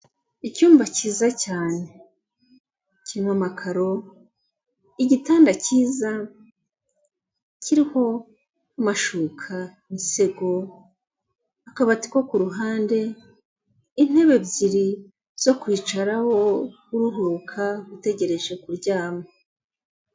Icyumba cyiza cyane kirimo amakaro, igitanda cyiza, kiriho amashuka, imisego, akabati ko kuruhande, intebe ebyiri zo kwicara wo uruhuka utegereje kuryama.